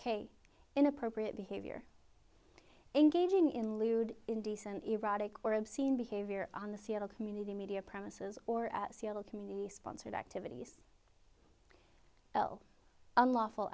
inappropriate behavior engaging in lewd indecent erotic or obscene behavior on the seattle community media premises or at seattle community sponsored activities